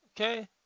Okay